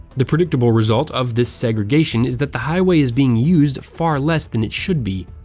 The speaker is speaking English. the predictable result of this segregation is that the highway is being used far less than it should be.